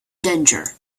danger